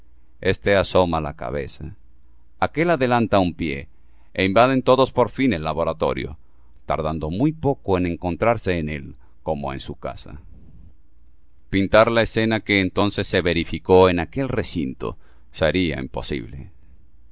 éste asoma la cabeza aquél adelanta un pie é invaden todos por fin el laboratorio tardando muy poco en encontrarse en él como en su casa pintar la escena que entonces se verificó en aquel recinto sería imposible